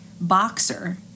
boxer